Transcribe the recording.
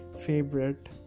favorite